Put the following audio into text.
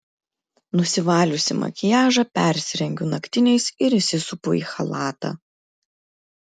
nusivaliusi makiažą persirengiu naktiniais ir įsisupu į chalatą